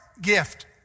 gift